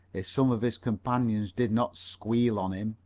if some of his companions did not squeal on him,